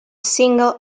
single